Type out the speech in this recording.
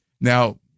Now